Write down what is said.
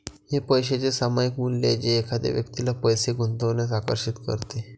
हे पैशाचे सामायिक मूल्य आहे जे एखाद्या व्यक्तीला पैसे गुंतवण्यास आकर्षित करते